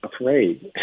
afraid